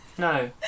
no